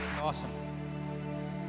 Awesome